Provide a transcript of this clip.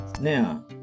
Now